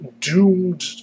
doomed